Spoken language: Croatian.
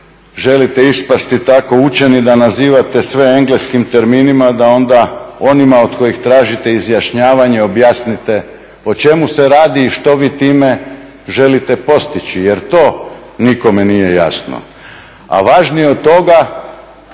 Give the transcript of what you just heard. želite ispasti tako učeni da nazivate sve engleskim terminima, da onda onima od kojih tražite izjašnjavanje objasnite o čemu se radi i što vi time želite postići, jer to nikome nije jasno. A važnije od toga